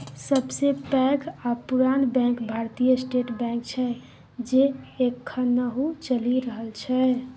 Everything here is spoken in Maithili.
सबसँ पैघ आ पुरान बैंक भारतीय स्टेट बैंक छै जे एखनहुँ चलि रहल छै